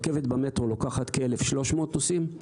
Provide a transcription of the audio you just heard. רכבת במטרו לוקחת כ-1,300 נוסעים.